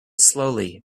slowly